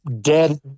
dead